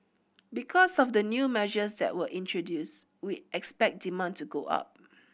because of the new measures that were introduced we expect demand to go up